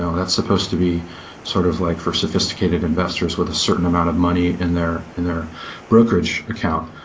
that's supposed to be sort of like for sophisticated investors with a certain amount of money in their in their brokerage account.